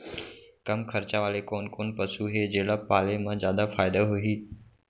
कम खरचा वाले कोन कोन पसु हे जेला पाले म जादा फायदा होही?